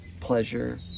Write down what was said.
pleasure